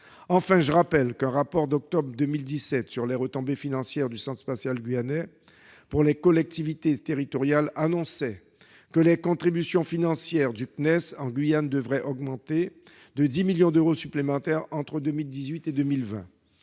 annoncé dans un rapport d'octobre 2017 sur les retombées financières du Centre spatial guyanais pour les collectivités territoriales que les contributions financières du CNES en Guyane devaient augmenter de 10 millions d'euros supplémentaires entre 2018 et 2020.